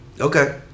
Okay